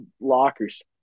lockers